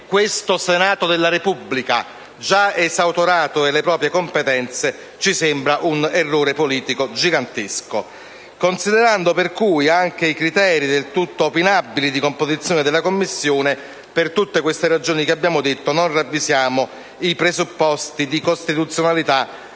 questo Senato della Repubblica, già esautorato delle proprie competenze ci sembra un errore politico gigantesco. Considerando, quindi, anche i criteri del tutto opinabili di composizione del Comitato, per tutte le ragioni che abbiamo detto, non ravvisiamo i presupposti di costituzionalità